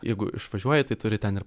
jeigu išvažiuoji tai turi ten ir